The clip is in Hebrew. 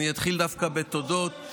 אני אתחיל דווקא בתודות,